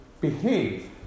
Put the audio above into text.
behave